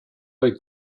they